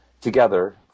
together